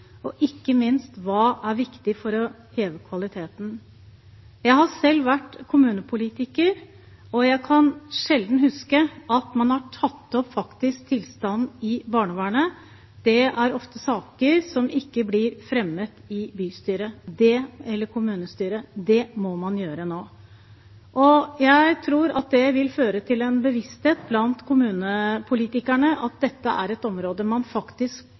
og ikke minst hva som er viktig for å heve kvaliteten. Jeg har selv vært kommunepolitiker, og jeg kan sjelden huske at man har tatt opp tilstanden i barnevernet. Det er ofte saker som ikke blir fremmet i bystyret eller kommunestyret. Det må man gjøre nå. Jeg tror at det vil føre til en bevissthet blant kommunepolitikerne om at dette er et område man faktisk